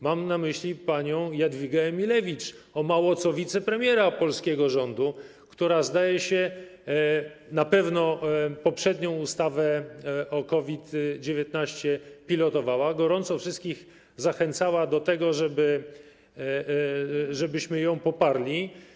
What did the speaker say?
Mam na myśli panią Jadwigę Emilewicz, o mało co wicepremiera polskiego rządu, która poprzednią ustawę o COVID-19 pilotowała i gorąco wszystkich zachęcała do tego, żebyśmy ją poparli.